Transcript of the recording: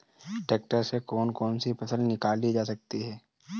Tractor से कौन कौनसी फसल निकाली जा सकती हैं?